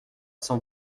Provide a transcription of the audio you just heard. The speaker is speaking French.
cent